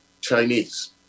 chinese